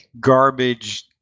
garbage –